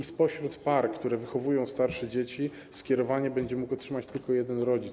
Jeśli chodzi o pary, które wychowują starsze dzieci, skierowanie będzie mógł otrzymać tylko jeden rodzic.